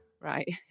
Right